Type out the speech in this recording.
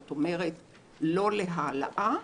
כלומר לא להעלאה,